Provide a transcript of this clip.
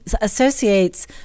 associates